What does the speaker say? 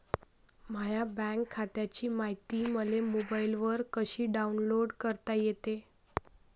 माह्या बँक खात्याची मायती मले मोबाईलवर कसी डाऊनलोड करता येते?